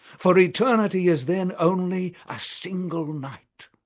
for eternity is then only a single night.